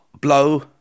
blow